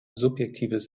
subjektives